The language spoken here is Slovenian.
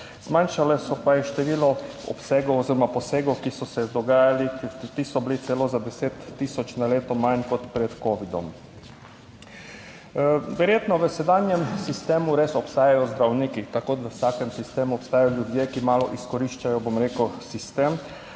Zmanjšale so se je število obsegov oziroma posegov, ki so se dogajali, ti so bili celo za 10000 na leto manj kot pred covidom. Verjetno v sedanjem sistemu res obstajajo zdravniki, tako da v vsakem sistemu obstajajo ljudje, ki malo izkoriščajo, bom rekel, sistem.